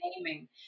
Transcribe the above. naming